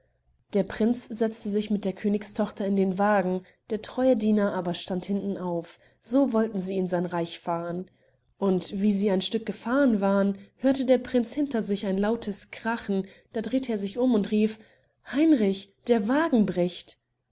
der prinz setzte sich mit der königstochter in den wagen der treue diener aber stand hinten auf so wollten sie in sein reich fahren und wie sie ein stück weges gefahren waren hörte der prinz hinter sich ein lautes krachen da drehte er sich um und rief heinrich der wagen bricht